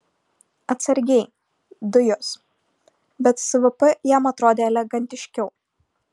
atsargiai dujos bet svp jam atrodė elegantiškiau